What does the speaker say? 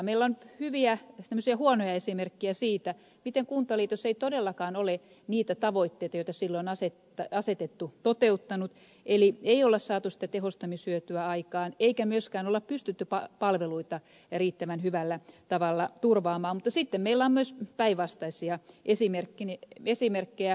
meillä on hyviä huonoja esimerkkejä siitä miten kuntaliitos ei todellakaan ole niitä tavoitteita joita silloin on asetettu toteuttanut eli ei ole saatu sitä tehostamishyötyä aikaan eikä myöskään ole pystytty palveluita riittävän hyvällä tavalla turvaamaan mutta sitten meillä on myös päinvastaisia esimerkkejä